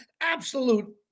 absolute